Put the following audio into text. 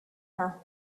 her